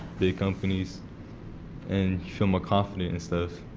big companies and show my confidence and stuff.